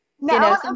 Now